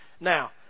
Now